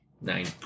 Nine